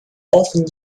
often